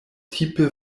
tipe